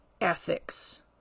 ethics